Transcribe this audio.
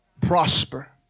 prosper